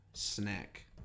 snack